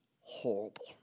horrible